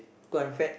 cause I'm fat